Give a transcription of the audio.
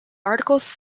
articles